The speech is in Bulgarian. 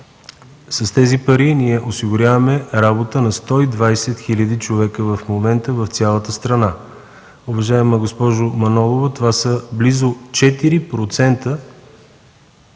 С тези пари ние осигуряваме работа на 120 000 човека в момента в цялата страна. Уважаема госпожо Манолова, това са близо 4%